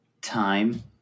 time